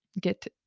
get